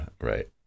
right